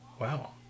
wow